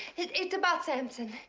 it's it's about samson.